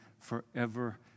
forever